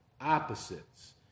opposites